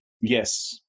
Yes